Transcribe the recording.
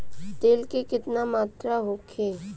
तेल के केतना मात्रा होखे?